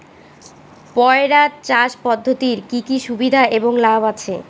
পয়রা চাষ পদ্ধতির কি কি সুবিধা এবং লাভ আছে?